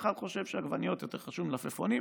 ואחד חושב שעגבניות יותר חשובות ממלפפונים,